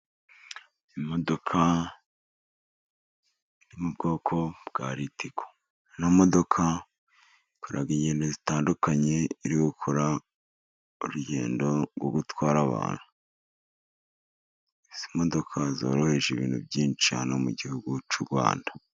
Imodoka yo mu bwoko bwa ritiko. Ino modoka ikora ingendo zitandukanye, iririmo gukora urugendo rwo gutwara abantu. Izi modoka zoroheje ibintu byinshi hano mu gihugu cy'u Rwanda.